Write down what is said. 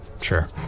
Sure